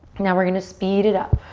now we're gonna speed it up.